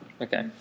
Okay